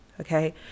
Okay